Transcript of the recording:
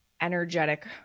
energetic